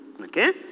Okay